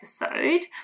episode